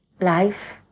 life